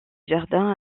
jardins